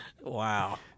wow